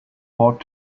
bought